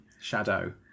Shadow